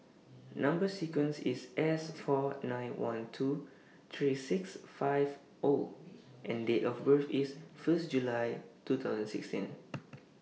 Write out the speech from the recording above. Number sequence IS S four nine one two three six five O and Date of birth IS First July two thousand sixteen